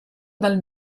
dal